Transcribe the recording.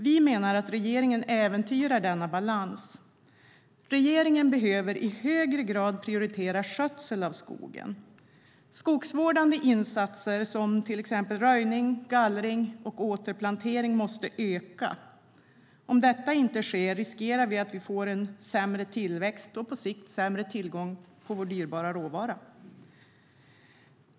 Vi menar att regeringen äventyrar denna balans. Regeringen behöver i högre grad prioritera skötsel av skogen. Skogsvårdande insatser som till exempel röjning, gallring och återplantering måste öka. Om detta inte sker riskerar vi att få en sämre tillväxt och på sikt sämre tillgång på vår dyrbara råvara.